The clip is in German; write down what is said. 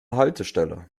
haltestelle